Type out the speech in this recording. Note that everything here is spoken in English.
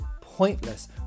pointless